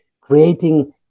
creating